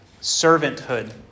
Servanthood